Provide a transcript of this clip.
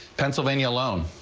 pennsylvania alone.